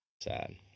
Sad